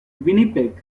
winnipeg